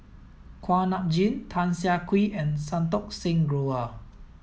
Kuak Nam Jin Tan Siah Kwee and Santokh Singh Grewal